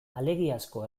alegiazko